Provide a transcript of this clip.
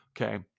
Okay